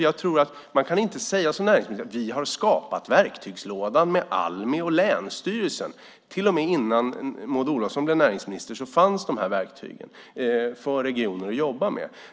Jag tror inte att man, som näringsministern gör, kan säga: Vi har skapat en verktygslåda med Almi och länsstyrelsen. Till och med innan Maud Olofsson blev näringsminister fanns de här verktygen för regioner att jobba med.